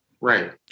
right